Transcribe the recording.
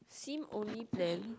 Sim only plan